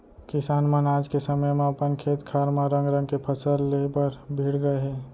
किसान मन आज के समे म अपन खेत खार म रंग रंग के फसल ले बर भीड़ गए हें